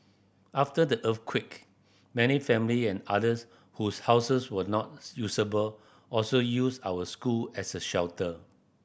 after the earthquake many family and others whose houses were not usable also used our school as a shelter